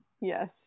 Yes